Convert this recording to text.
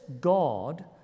God